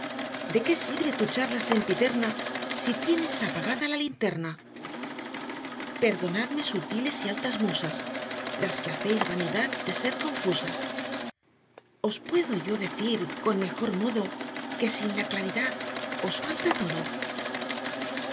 de qué sirve tu charla sempiterna si tienes apagada la linterna perdonadme sutiles y altas musas las que hacéis vanidad de ser confusas os puedo yo decir con mejor modo que sin la claridad os falta todo